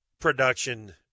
production